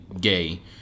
gay